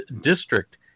district